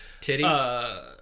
titties